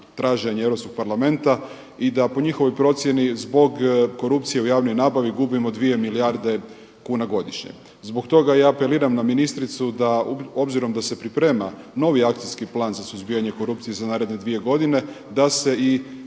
traženje Europskog parlamenta i da po njihovoj procjeni zbog korupcije u javnoj nabavi gubimo 2 milijarde kuna godišnje. Zbog toga ja apeliram na ministricu da obzirom da se priprema novi akcijski plan za suzbijanje korupcije za naredne dvije godine da se i